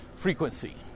Frequency